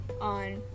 on